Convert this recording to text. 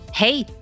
Hey